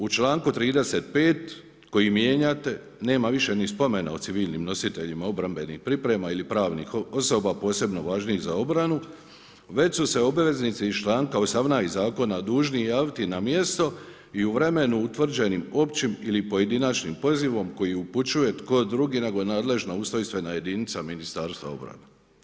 U članku 35. koji mijenjate nema više ni spomena o civilnim nositeljima obrambenih priprema ili pravnih osoba posebno važnijih za obranu već su se obveznici iz članka 18. zakona dužni javiti na mjesto i u vremenu utvrđenim općim ili pojedinačnim pozivom koji upućuje, tko drugi nego nadležna ustrojstvena jedinica Ministarstva obrane.